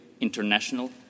international